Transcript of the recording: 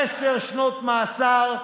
עשר שנות מאסר.